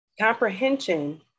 comprehension